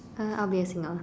uh I'll be a singer